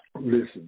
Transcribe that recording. Listen